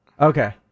Okay